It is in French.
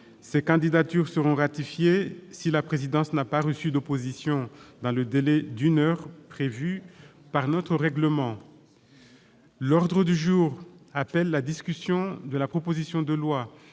Ces candidatures seront ratifiées si la présidence n'a pas reçu d'opposition dans le délai d'une heure prévu par notre règlement. L'ordre du jour appelle la discussion de la proposition de loi,